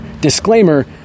disclaimer